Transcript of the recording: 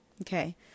Okay